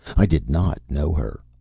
i did not know her.